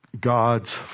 God's